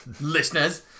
listeners